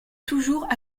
toujours